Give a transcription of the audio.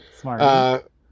smart